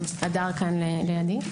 הדר לידי.